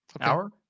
hour